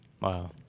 Wow